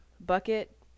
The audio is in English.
bucket